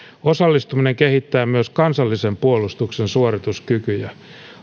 osallistuminen kehittää myös kansallisen puolustuksen suorituskykyjä